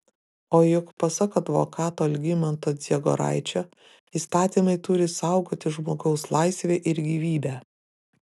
o juk pasak advokato algimanto dziegoraičio įstatymai turi saugoti žmogaus laisvę ir gyvybę